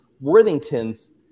Worthington's